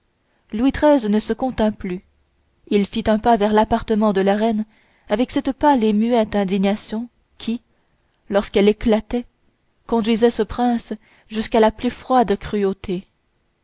louis xiii ne se contint plus il fit un pas vers l'appartement de la reine avec cette pâle et muette indignation qui lorsqu'elle éclatait conduisait ce prince jusqu'à la plus froide cruauté